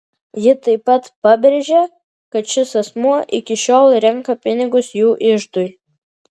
ji taip pat pabrėžė kad šis asmuo iki šiol renka pinigus jų iždui